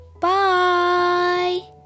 bye